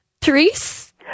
Therese